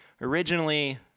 originally